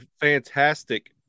fantastic